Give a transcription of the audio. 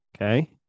okay